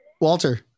walter